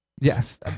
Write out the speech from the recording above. Yes